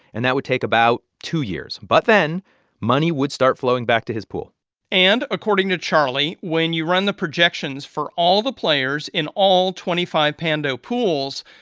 and that would take about two years. but then money would start flowing back to his pool and, according to charlie, when you run the projections for all the players in all twenty five pando pools,